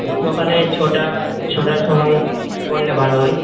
ওই সকালে ছটা ছটার সময় করলে ভালো হয়